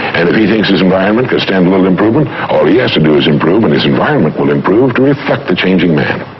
and if he thinks his environment could stand a little improvement, all he has to do is improve and his environment will improve to reflect the changing man.